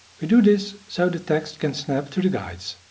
we do this, so the text can snap to the guides.